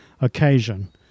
occasion